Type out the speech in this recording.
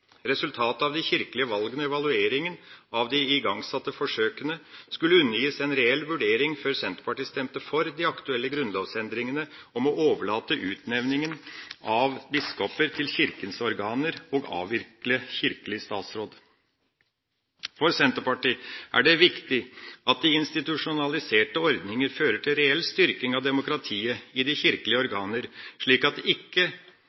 Resultatet av de kirkelige valgene og evalueringa av de igangsatte forsøkene skulle undergis en reell vurdering før Senterpartiet stemte for de aktuelle grunnlovsendringene om å overlate utnevninga av biskoper til Kirkas organer og avvikle kirkelig statsråd. For Senterpartiet er det viktig at de institusjonaliserte ordninger fører til reell styrking av demokratiet i de kirkelige organer, slik at